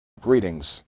greetings